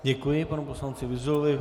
Děkuji panu poslanci Vyzulovi.